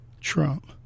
Trump